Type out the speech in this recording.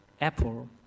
Apple